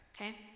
okay